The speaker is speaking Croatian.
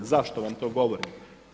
Zašto vam to govorim?